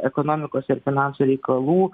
ekonomikos ir finansų reikalų